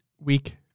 week